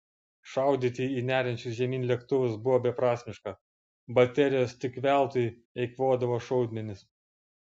šaudyti į neriančius žemyn lėktuvus buvo beprasmiška baterijos tik veltui eikvodavo šaudmenis